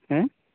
ᱦᱮᱸ